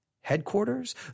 headquarters